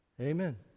amen